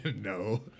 No